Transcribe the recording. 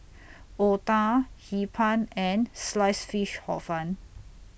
Otah Hee Pan and Sliced Fish Hor Fun